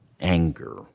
anger